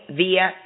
via